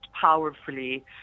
powerfully